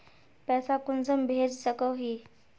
पैसा कुंसम भेज सकोही?